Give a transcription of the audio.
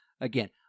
again